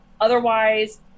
Otherwise